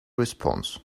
response